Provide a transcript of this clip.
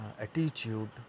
attitude